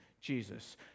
Jesus